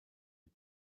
mit